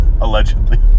Allegedly